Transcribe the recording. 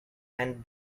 and